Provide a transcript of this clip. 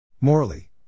Morally